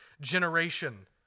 generation